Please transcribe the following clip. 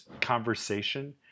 conversation